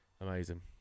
amazing